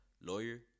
Lawyer